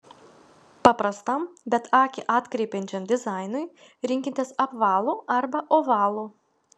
paprastam bet akį atkreipiančiam dizainui rinkitės apvalų arba ovalų